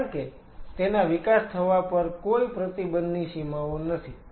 કારણ કે તેના વિકાસ થવા પર કોઈ પ્રતિબંધની સીમાઓ નથી